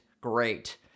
Great